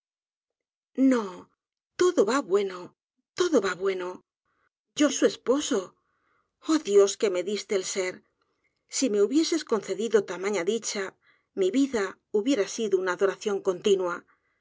no todo va bueno todo va bueno yo su esposo oh dios que me diste el ser si me hubieses concedido tamaña dicha mi vida hubiera sido una adoración continua